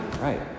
Right